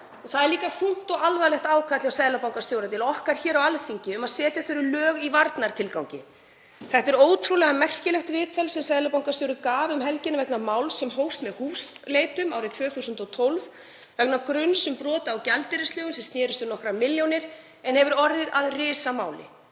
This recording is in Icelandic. orð og þungt og alvarlegt ákall seðlabankastjóra til okkar hér á Alþingi um að setja þurfi lög í varnartilgangi. Þetta er ótrúlega merkilegt viðtal sem seðlabankastjóri veitti um helgina vegna máls sem hófst með húsleitum árið 2012 vegna gruns um brot á gjaldeyrislögum sem snerist um nokkrar milljónir en hefur orðið að risamáli.